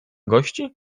gości